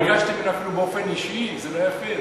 ביקשת ממנו שלא להתפטר?